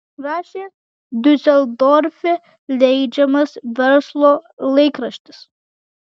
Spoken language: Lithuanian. rašė diuseldorfe leidžiamas verslo laikraštis